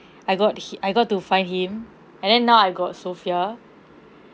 I got hi~ I got to find him and then now I got sophia